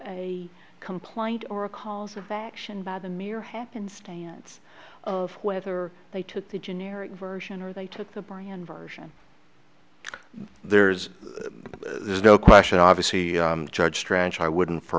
and complaint or recalls of faction by the mere happenstance of whether they took the generic version or they took the brand version there's there's no question obviously charged tranche i wouldn't for